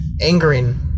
angering